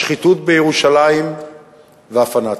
השחיתות בירושלים והפנאטיות.